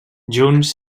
junts